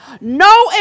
no